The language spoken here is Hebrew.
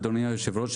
אדוני היושב ראש,